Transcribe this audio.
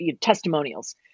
testimonials